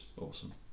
awesome